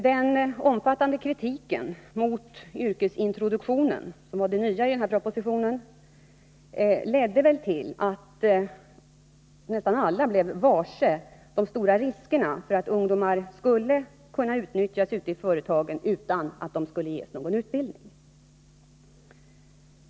Den omfattande kritiken mot yrkesintroduktionen, som var det nya i den propositionen, ledde till att nästan alla blev varse de stora riskerna för att ungdomarna skulle kunna utnyttjas ute i företagen utan att de gavs någon utbildning.